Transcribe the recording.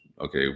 okay